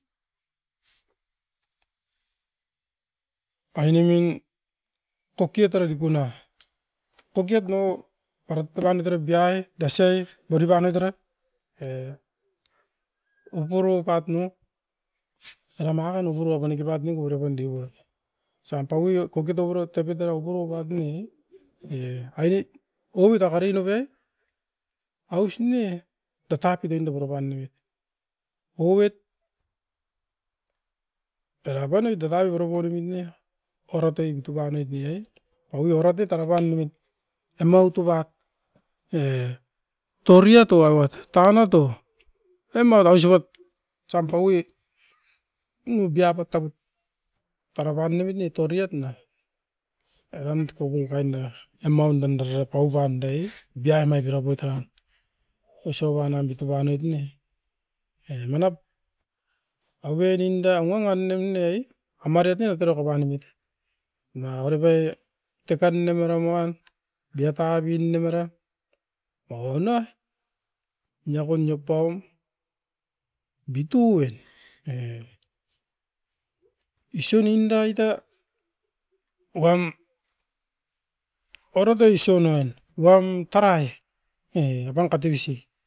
Ainemin, kokiot era dikuna, kokiot nao tarat tarana tara biaida siai borip panoit era e impurupat ne era nanga ko nupuru apaniki pat ne kopari pan diuan. Osoan paui o kotet tauara tapi tarako oupat ne, e aini ouit akari noupe aus ne da tapit inda koropan nemit. Ou ouet, era panoit era biporo mit ne oratoi bituban oit ni ai, paui oratet tarapan niomit emaut oubat e toriato ai uat tanat o. Emat ausopat tsam paui imobiapat tabut toraban oubit ne toriat na, eran dika'oi kan'na emaun dan darara pau vanda e, bia mai biraboit eran. Esoan nam bituban oit ne, e manap auerin da wangam nem ne i, amariat nai tera okopanemit. Da karipai tekan ne meram uan biatabin nem era maua na, niakon io paum bitu-en, e iso nindait a wam oratoi isioi nan, wam tarai e apan kate bisi.